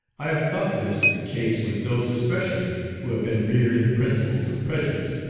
i have thought this the case with those especially who have been reared in the principles of prejudice,